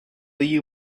you